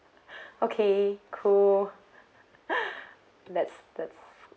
okay cool that's that's